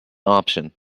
option